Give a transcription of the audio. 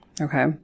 Okay